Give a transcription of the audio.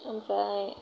ओमफ्राय